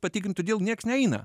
patikrint todėl nieks neina